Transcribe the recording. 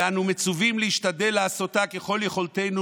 ואנו מצווים להשתדל לעשות ככל יכולתנו